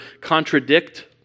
contradict